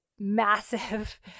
Massive